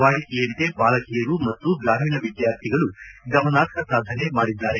ವಾಡಿಕೆಯಂತೆ ಬಾಲಕಿಯರು ಮತ್ತು ಗ್ರಾಮೀಣ ವಿದ್ಕಾರ್ಥಿಗಳು ಗಮನಾರ್ಹ ಸಾಧನೆ ಮಾಡಿದ್ದಾರೆ